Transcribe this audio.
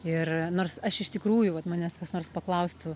ir nors aš iš tikrųjų vat manęs kas nors paklaustų